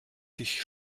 sich